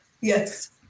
Yes